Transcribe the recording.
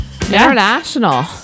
International